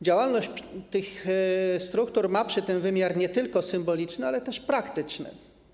Działalność tych struktur ma wymiar nie tylko symboliczny, ale też praktyczny.